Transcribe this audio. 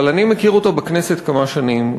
אבל אני מכיר אותה בכנסת כמה שנים,